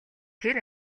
тэр